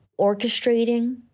orchestrating